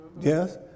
yes